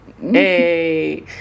Hey